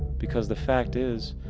because the fact is,